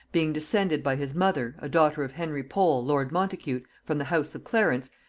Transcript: being descended by his mother, a daughter of henry pole lord montacute, from the house of clarence,